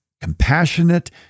compassionate